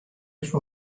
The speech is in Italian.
suo